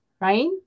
right